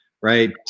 right